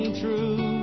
true